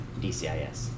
DCIS